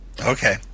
Okay